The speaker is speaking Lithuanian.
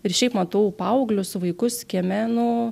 ir šiaip matau paauglius vaikus kieme nu